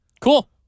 Cool